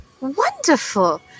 wonderful